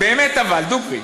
באמת אבל, דוגרי,